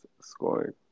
scoring